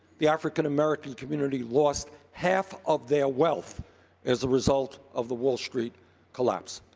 the african-american community lost half of their wealth as a result of the wall street collapse.